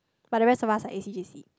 but the rest of us are A_C_J_C